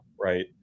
right